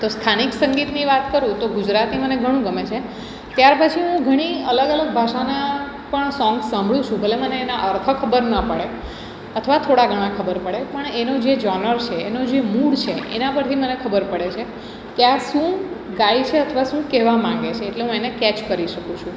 તો સ્થાનિક સંગીતની વાત કરું તો ગુજરાતી મને ઘણું ગમે છે ત્યાર પછી હું ઘણી અલગ અલગ ભાષાનાં પણ સોંગ્સ સાંભળું છું ભલે મને એના અર્થ ખબર ના પડે અથવા થોડા ઘણા ખબર પડે પણ એનો જે જોનર છે એનો જે મૂડ છે એના પરથી મને ખબર પડે છે કે આ શું ગાય છે અથવા શું કહેવા માગે છે એટલે હું એને કેચ કરી શકું છું